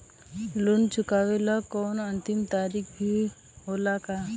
Loan चुकवले के कौनो अंतिम तारीख भी होला का?